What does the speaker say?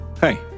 Hey